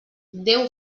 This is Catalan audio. déu